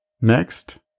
Next